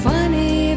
Funny